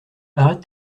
arrête